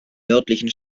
nördlichen